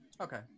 Okay